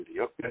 Okay